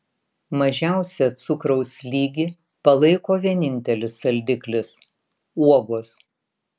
mažiausią cukraus lygį palaiko vienintelis saldiklis uogos